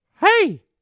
hey